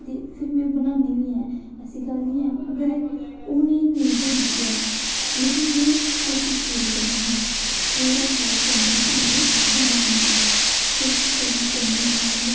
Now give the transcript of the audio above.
ते फिर में बनान्नी बी आं ऐसी गल्ल नेईं ऐ कदें ओह् नेईं बी बनदी ऐ लेकिन में कोशिश पूरी करनी आं पूरा प्रयास करनी आं कि में बनानी ऐ कोशिश करनी होन्नी आं में